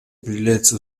определяются